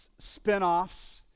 spinoffs